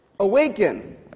Awaken